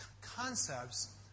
concepts